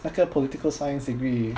那个 political science degree